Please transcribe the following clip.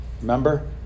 Remember